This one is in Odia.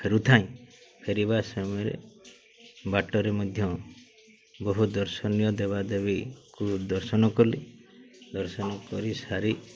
ଫେରୁଥାଏ ଫେରିବା ସମୟରେ ବାଟରେ ମଧ୍ୟ ବହୁ ଦର୍ଶନୀୟ ଦେବାଦେବୀକୁ ଦର୍ଶନ କଲି ଦର୍ଶନ କରି ସାରି